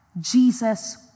Jesus